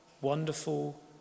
wonderful